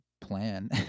plan